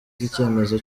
icyemezo